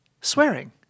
Swearing